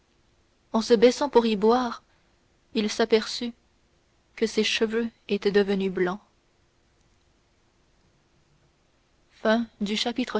en se baissant pour y boire il s'aperçut que ses cheveux étaient devenus blancs